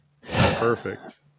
Perfect